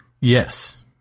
Yes